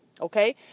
Okay